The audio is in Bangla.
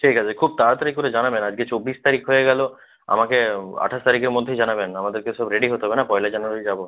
ঠিক আছে খুব তাড়াতাড়ি করে জানাবেন আজকে চব্বিশ তারিখ হয়ে গেল আমাকে আটাশ তারিখের মধ্যেই জানাবেন আমাদেরকে সব রেডি হতে হবে না পয়লা জানুয়ারি যাব